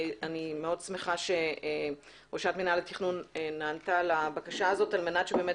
אני מאוד שמחה שראשת מינהל התכנון נענתה לבקשה הזאת על מנת שבאמת